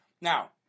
Now